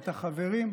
את החברים,